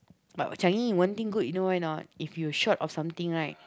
but in Changi one thing good you know why or not if you short of something right